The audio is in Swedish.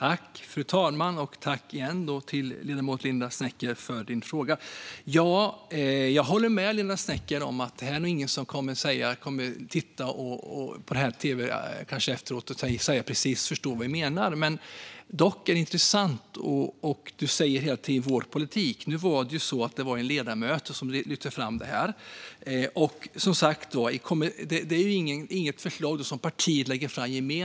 Fru talman! Jag tackar än en gång ledamoten Linda W Snecker för frågan. Jag håller med ledamoten om att de som tittar på denna debatt på tv efteråt nog inte förstår precis vad vi menar. Men ledamoten säger hela tiden att det är vår politik. Men det var en ledamot som lyfte fram detta, och det är inget förslag som partiet lägger fram.